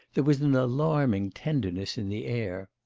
there was an alarming tenderness in the air.